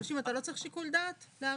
ב-30 אתה לא צריך שיקול דעת להאריך?